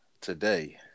Today